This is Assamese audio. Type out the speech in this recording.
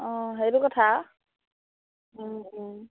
অঁ সেইটো কথা